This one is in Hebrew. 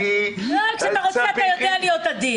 כשאתה רוצה, אתה יודע להיות עדין.